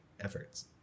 efforts